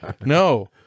No